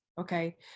okay